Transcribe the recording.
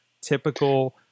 typical